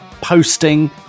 posting